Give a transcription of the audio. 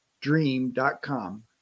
dream.com